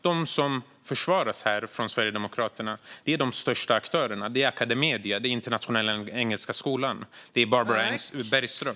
De som här försvaras av Sverigedemokraterna är de största aktörerna. Det är Academedia. Det är Internationella Engelska Skolan. Det är Barbara Bergström.